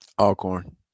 Allcorn